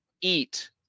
eat